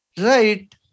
Right